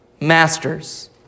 Masters